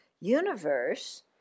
universe